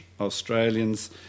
Australians